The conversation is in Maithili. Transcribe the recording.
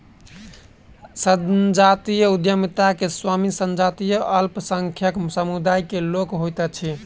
संजातीय उद्यमिता मे स्वामी संजातीय अल्पसंख्यक समुदाय के लोक होइत अछि